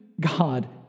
God